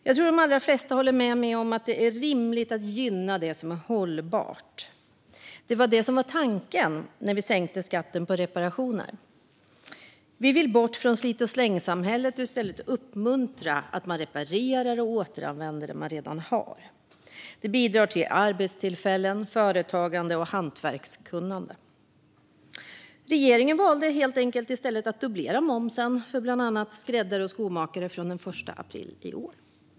Jag tror att de allra flesta håller med mig om att det är rimligt att gynna det som är hållbart. Det var det som var tanken när vi sänkte skatten på reparationer. Vi vill bort från slit-och-släng-samhället och i stället uppmuntra att man reparerar och återanvänder det man redan har. Det bidrar till arbetstillfällen, företagande och hantverkskunnande. Regeringen valde helt enkelt i stället att dubblera momsen för bland annat skräddare och skomakare från den 1 april i år.